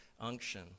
unction